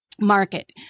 market